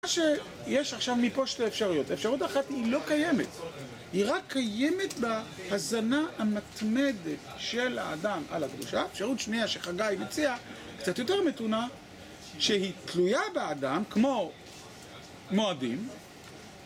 יש עכשיו מפה שתי אפשרויות. האפשרות אחת היא לא קיימת. היא רק קיימת בהזנה המתמדת של האדם על הקדושה. האפשרות שנייה שחגי מציע, קצת יותר מתונה, שהיא תלויה באדם, כמו מועדים.